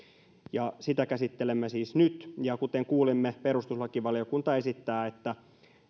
sitä käsittelemme siis nyt ja kuten kuulimme perustuslakivaliokunta esittää että